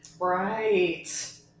Right